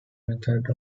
method